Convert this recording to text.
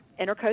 intercoastal